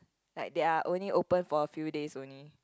like they are only open for a few days only